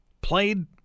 played